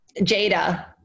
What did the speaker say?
jada